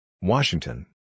Washington